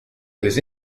whose